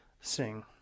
sing